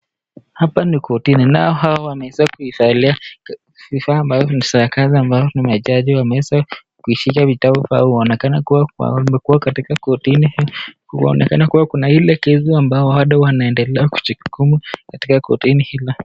Hapa ni kortini nao hawa wameweza kuivalia vifaa ambazo ni za kazi ambazo majaji wameweza kushika vitabu. Wanaonekana kuwa wamekuwa katika kortini kuonekana kuwa kuna ile kesi ambao bado wanaendelea kujukumu katika kortini hilo.